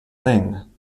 thing